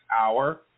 hour